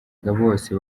bose